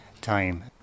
time